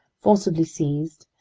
forcibly seized,